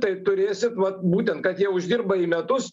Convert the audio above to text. tai turėsit vat būtent kad jie uždirba į metus